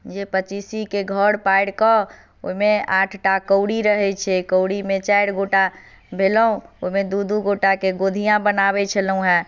जे पचीसीके घर पारि कऽ ओहिमे आठटा कौड़ी रहैत छै कौड़ीमे चारि गोटा भेलहुँ ओहिमे दू दू गोटएके गोधियाँ बनबैत छलहुँ हेँ